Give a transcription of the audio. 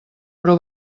però